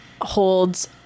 holds